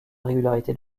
régularité